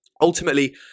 ultimately